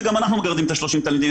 וגם אנחנו גם מגרדים את ה-20 תלמידים.